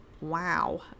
Wow